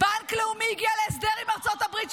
בנק לאומי הגיע להסדר עם ארצות הברית,